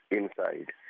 inside